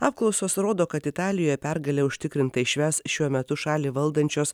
apklausos rodo kad italijoje pergalę užtikrintai švęs šiuo metu šalį valdančios